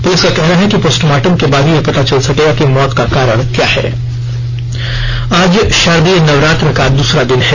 police का कहना है कि पोस्टमार्टम के बाद ही यह पता चल सकेगा कि मौत का कारण क्या है आज शारदीय नवरात्र का दूसरा दिन है